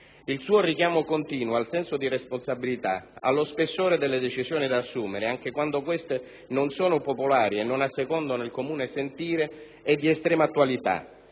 Il suo richiamo continuo al senso di responsabilità, allo spessore delle decisioni da assumere, anche quando queste non sono popolari e non assecondano il comune sentire, è di estrema attualità.